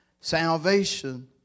salvation